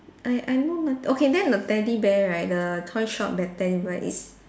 I I know no~ okay then the teddy bear right the toy shop that teddy bear is